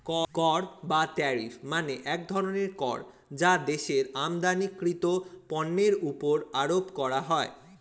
কর বা ট্যারিফ মানে এক ধরনের কর যা দেশের আমদানিকৃত পণ্যের উপর আরোপ করা হয়